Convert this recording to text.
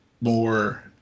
more